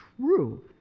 true